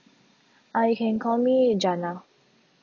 uh you can call me janna